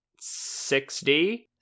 60